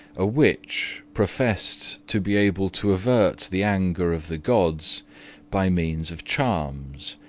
a witch professed to be able to avert the anger of the gods by means of charms,